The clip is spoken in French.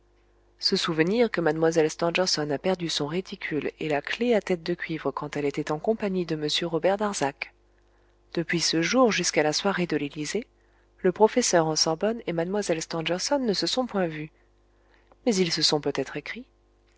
se souvenir que mlle stangerson a perdu son réticule et la clef à tête de cuivre quand elle était en compagnie de m robert darzac depuis ce jour jusqu'à la soirée de l'élysée le professeur en sorbonne et mlle stangerson ne se sont point vus mais ils se sont peut-être écrit